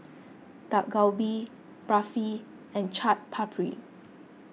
Dak Galbi Barfi and Chaat Papri